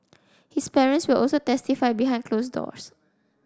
his parents will also testify behind closed doors